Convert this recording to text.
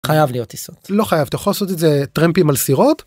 חייב להיות טיסות לא חייב תוכל לעשות את זה טראמפים על סירות.